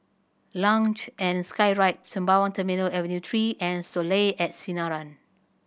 Luge and Skyride Sembawang Terminal Avenue Three and Soleil at Sinaran